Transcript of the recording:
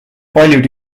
paljud